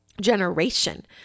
Generation